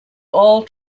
all